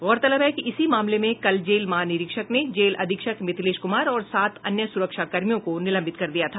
गौरतलब है कि इसी मामले में कल जेल महानिरीक्षक ने जेल अधीक्षक मिथिलेश कुमार और सात अन्य सुरक्षा कर्मियों को निलंबित कर दिया था